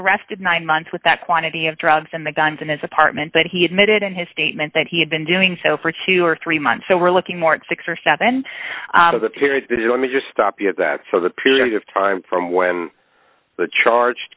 arrested nine months with that quantity of drugs and the guns in his apartment but he admitted in his statement that he had been doing so for two or three months so we're looking more at six or seven out of the period that only just stop you at that so the period of time from when the charge